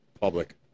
public